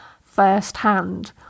firsthand